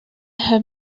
her